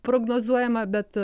prognozuojama bet